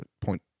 point